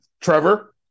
Trevor